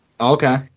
Okay